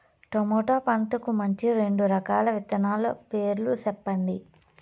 tomato పంటకు మంచి రెండు రకాల విత్తనాల పేర్లు సెప్పండి